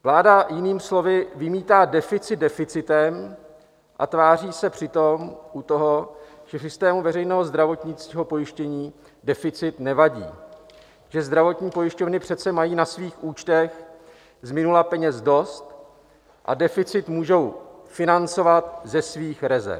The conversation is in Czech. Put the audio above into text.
Vláda jinými slovy vymítá deficit deficitem a tváří se přitom u toho, že v systému veřejného zdravotního pojištění deficit nevadí, že zdravotní pojišťovny přece mají na svých účtech z minula peněz dost a deficit můžou financovat ze svých rezerv.